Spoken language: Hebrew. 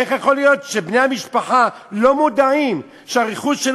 איך יכול להיות שבני המשפחה לא מודעים לכך שהרכוש של